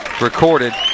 recorded